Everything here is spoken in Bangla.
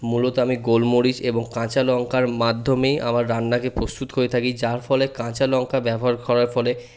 মূলত আমি গোলমরিচ এবং কাঁচা লংকার মাধ্যমেই আমার রান্নাকে প্রস্তুত করে থাকি যার ফলে কাঁচা লংকা ব্যবহার করার ফলে